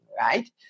right